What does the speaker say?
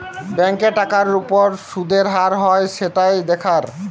ব্যাংকে টাকার উপর শুদের হার হয় সেটাই দেখার